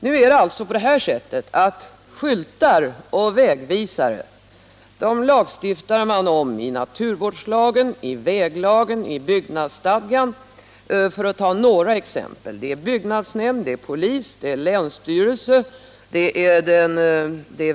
När det gäller frågor om skyltar och vägvisare, så lagstiftar man om sådana i naturvårdslagen, väglagen, byggnadsstadgan — för att ta några exempel. De här frågorna behandlas av byggnadsnämnd, polismyndighet och länsstyrelse.